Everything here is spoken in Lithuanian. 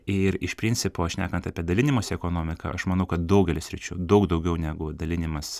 ir iš principo šnekant apie dalinimosi ekonomiką aš manau kad daugelyje sričių daug daugiau negu dalinimas